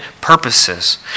purposes